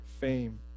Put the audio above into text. fame